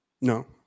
no